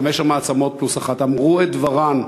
חמש המעצמות פלוס אחת אמרו את דברן.